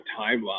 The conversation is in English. timeline